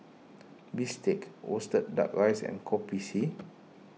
Bistake Roasted Duck Rice and Kopi C